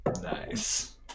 Nice